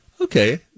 Okay